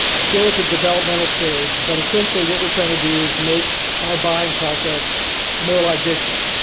still at the developmental stage. but essentially what we're trying to do is make our buying process more like digital.